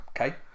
Okay